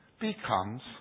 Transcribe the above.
becomes